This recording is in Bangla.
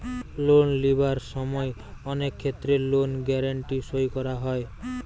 লোন লিবার সময় অনেক ক্ষেত্রে লোন গ্যারান্টি সই করা হয়